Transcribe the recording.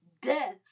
death